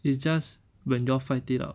it's just when you all fight it out